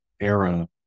era